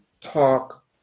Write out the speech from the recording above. talk